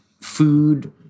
food